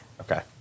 Okay